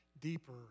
deeper